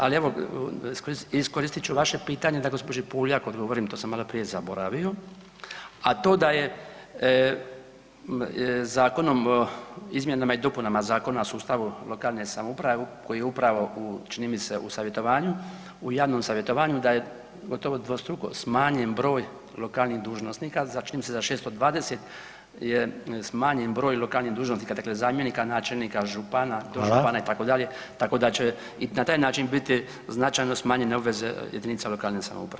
Ali evo, iskoristiti ću vaše pitanje, da gđi. Puljak odgovorim, to sam maloprije zaboravio, a to da je Zakonom o izmjenama i dopunama Zakona o sustavu lokalne samouprave, koji je upravo, čini mi se u savjetovanju, u javnom savjetovanju, da je gotovo dvostruko smanjen broj lokalnih dužnosnika, za čini mi se za 620 je smanjen broj lokalnih dužnosnika, dakle zamjenika načelnika župana, [[Upadica: Hvala.]] dožupana, itd., tako da će i na taj način biti značajno smanjene obveze jedinica lokalne samouprave.